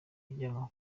ijyanwa